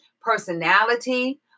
personality